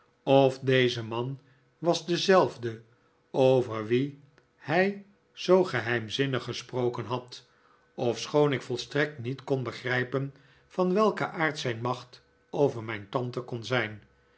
of deze man was dezelfde over wien hij zoo geheimzinnig gesproken had ofschoon ik volstrekt niet kon begrijpen van welken aard zijn macht over mijn tante kon zijn